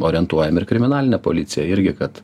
orientuojam ir kriminalinę policiją irgi kad